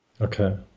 okay